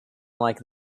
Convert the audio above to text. like